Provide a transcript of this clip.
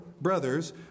brothers